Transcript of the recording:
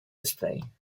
display